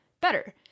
better